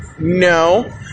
No